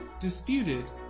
disputed